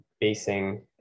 basing